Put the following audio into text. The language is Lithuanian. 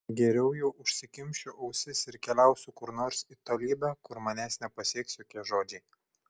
geriau jau užsikimšiu ausis ir keliausiu kur nors į tolybę kur manęs nepasieks jokie žodžiai